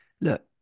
look